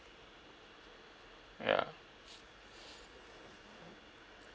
ya